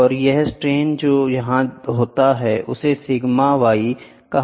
और यह सट्रेन जो यहाँ होता है उसे सिग्मा y कहा जाता है